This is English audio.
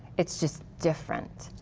it's just different.